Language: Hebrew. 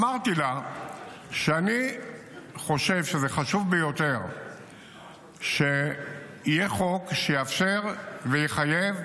אמרתי לה שאני חושב שזה חשוב ביותר שיהיה חוק שיאפשר ויחייב